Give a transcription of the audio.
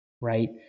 right